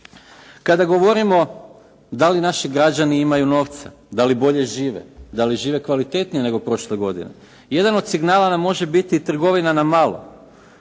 Kada govorimo da li naši građani imaju novca, da li bolje žive, da li žive kvalitetnije nego prošle godine? Jedan od signala nam može biti trgovina na malo.